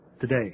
today